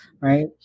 right